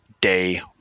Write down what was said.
day